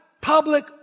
public